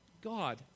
God